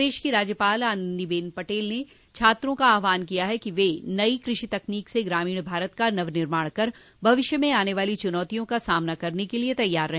प्रदेश की राज्यपाल आनन्दीबेन पटेल ने छात्रों का आहवान किया है कि वह नई कृषि तकनीक से ग्रामीण भारत का नव निर्माण कर भविष्य में आने वाली चुनौतियों का सामना करने के लिये तैयार रह